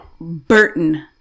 Burton